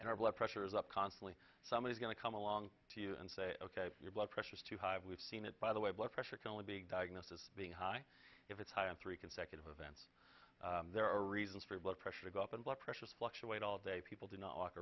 and our blood pressure is up constantly somebody's going to come along to you and say ok your blood pressure is too high we've seen it by the way blood pressure can only be diagnosed as being high if it's high in three consecutive events there are reasons for blood pressure to go up and blood pressures fluctuate all day people do not walk